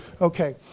Okay